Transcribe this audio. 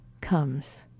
comes